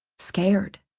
scared.